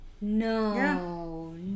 No